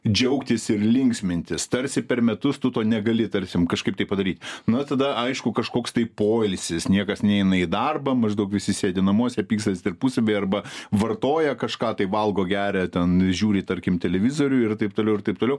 džiaugtis ir linksmintis tarsi per metus tu to negali tarkim kažkaip tai padaryt na tada aišku kažkoks tai poilsis niekas neina į darbą maždaug visi sėdi namuose pykstasi tarpusavyje arba vartoja kažką tai valgo geria ten žiūri tarkim televizorių ir taip toliau ir taip toliau